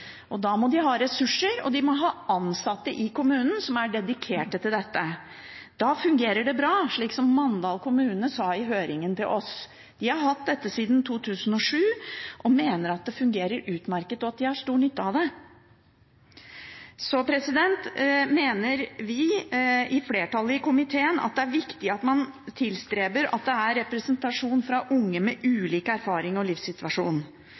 Da må de ha ressurser, og de må ha ansatte i kommunen som er dedikert til dette. Da fungerer det bra, slik som Mandal kommune sa til oss i høringen. De har hatt dette siden 2007 og mener at det fungerer utmerket, og at de har stor nytte av det. Vi, flertallet i komiteen, mener det er viktig at man tilstreber at det er representasjon av unge med ulik erfaring og livssituasjon.